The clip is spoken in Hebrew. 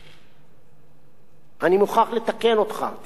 אני מוכרח לתקן אותך, תקרא את תזכיר הצעת החוק,